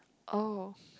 oh